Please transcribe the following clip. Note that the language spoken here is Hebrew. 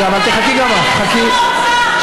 רגע, חבל, חכי גם את.